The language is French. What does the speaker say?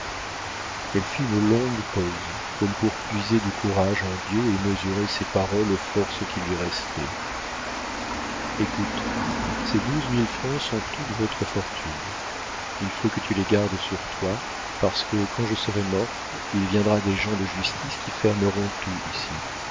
elle fit une longue pause comme pour puiser du courage en dieu et mesurer ses paroles aux forces qui lui restaient écoute ces douze mille francs sont toute votre fortune il faut que tu les gardes sur toi parce que quand je serai morte il viendra des gens de justice qui fermeront tout ici